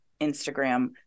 Instagram